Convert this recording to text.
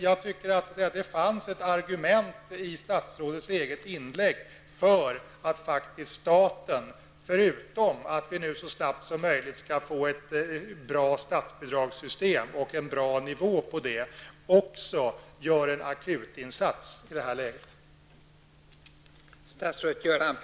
Jag tycker alltså att det fanns ett argument i statsrådets eget inlägg för att faktiskt staten -- förutom att vi nu så snabbt som möjligt skall få ett bra statsbidragssystem och en bra nivå på det -- också gör en akutinsats i det här läget.